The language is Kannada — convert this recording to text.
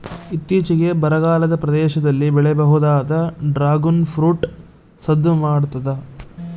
ಇತ್ತೀಚಿಗೆ ಬರಗಾಲದ ಪ್ರದೇಶದಲ್ಲಿ ಬೆಳೆಯಬಹುದಾದ ಡ್ರಾಗುನ್ ಫ್ರೂಟ್ ಸದ್ದು ಮಾಡ್ತಾದ